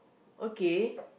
okay